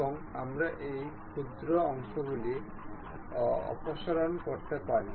এবং আমরা এই ক্ষুদ্র অংশগুলি অপসারণ করতে পারি